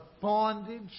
bondage